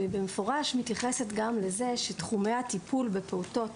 והיא במפורש מתייחסת גם לזה שתחומי הטיפול בפעוטות